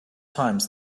times